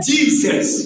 Jesus